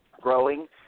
growing